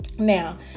now